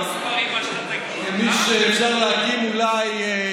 אני בטוח שתושבי אריאל לא, מהמספרים,